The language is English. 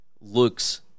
looks